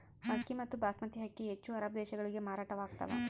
ಅಕ್ಕಿ ಮತ್ತು ಬಾಸ್ಮತಿ ಅಕ್ಕಿ ಹೆಚ್ಚು ಅರಬ್ ದೇಶಗಳಿಗೆ ಮಾರಾಟವಾಗ್ತಾವ